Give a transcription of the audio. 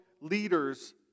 leaders